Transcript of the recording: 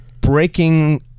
breaking